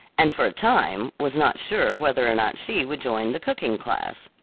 and for a time was not sure whether or not she would join the cooking-class.